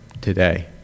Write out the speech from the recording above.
today